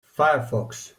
firefox